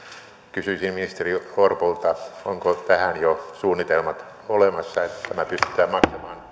kysyisin ministeri orpolta onko tähän jo olemassa suunnitelmat että tämä pystytään maksamaan